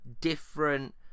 different